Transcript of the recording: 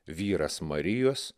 vyras marijos